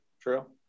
True